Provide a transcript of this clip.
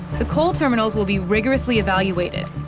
the coal terminals will be rigorously evaluated,